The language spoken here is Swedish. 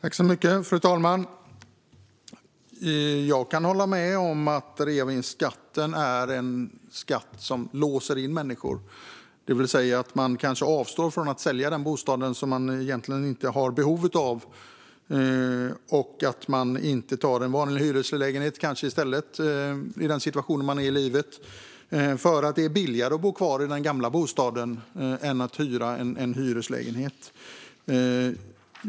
Fru talman! Jag kan hålla med om att reavinstskatten är en skatt som låser in människor. Man kanske avstår från att sälja en bostad som man egentligen inte har behov av. Man flyttar kanske inte till en vanlig hyreslägenhet i stället, eftersom det är billigare att bo kvar i den gamla bostaden än att hyra en lägenhet.